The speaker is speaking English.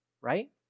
Right